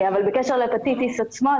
אבל בקשר להפטיטיס עצמו,